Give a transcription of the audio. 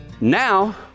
now